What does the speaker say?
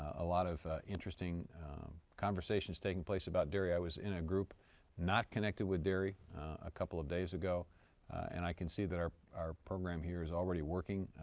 a lot of interesting conversations taking place about dairy. i was in a group not connected with dairy a couple of days ago and i can see that our our program here is already working.